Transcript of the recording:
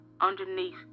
underneath